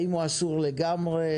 האם הוא אסור לגמרי?